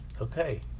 Okay